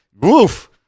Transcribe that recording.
woof